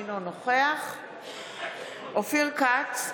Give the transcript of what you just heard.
אינו נוכח אופיר כץ,